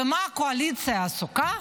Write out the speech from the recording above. במה הקואליציה עסוקה?